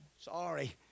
Sorry